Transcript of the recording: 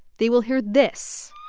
they will hear this